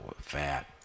fat